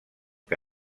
que